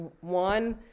one